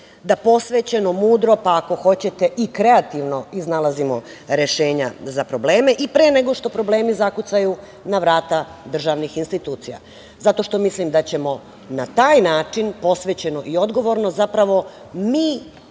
da posvećeno, mudro, pa ako hoćete, i kreativno iznalazimo rešenja za probleme i pre nego što problemi zakucaju na vrata državnih institucija, zato što mislim da ćemo na taj način posvećeno i odgovorno zapravo mi